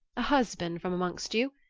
a husband from amongst you,